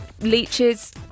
leeches